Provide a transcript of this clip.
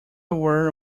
were